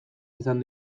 izan